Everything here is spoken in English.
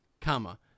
comma